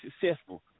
successful